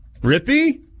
Rippy